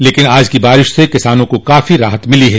लेकिन आज की बारिश से किसानों को काफी राहत मिली है